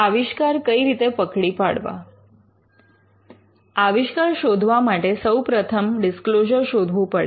આવિષ્કાર શોધવા માટે સૌપ્રથમ ડિસ્ક્લોઝર શોધવું પડે